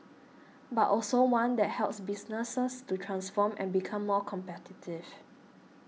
but also one that helps businesses to transform and become more competitive